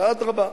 ואדרבה,